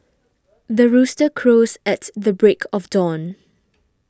the rooster crows at the break of dawn